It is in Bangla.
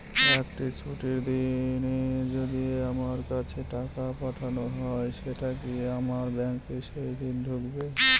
একটি ছুটির দিনে যদি আমার কাছে টাকা পাঠানো হয় সেটা কি আমার ব্যাংকে সেইদিন ঢুকবে?